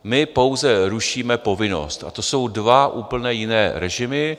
My pouze rušíme povinnost a to jsou dva úplně jiné režimy.